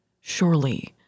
Surely